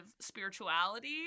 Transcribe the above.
spirituality